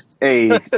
hey